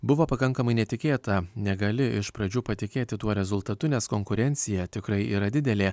buvo pakankamai netikėta negali iš pradžių patikėti tuo rezultatu nes konkurencija tikrai yra didelė